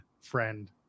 friend